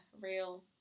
real